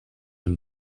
een